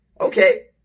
okay